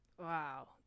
wow